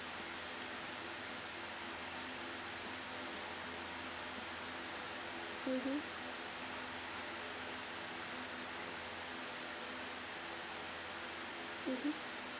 mmhmm mmhmm